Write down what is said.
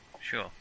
Sure